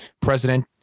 president